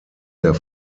der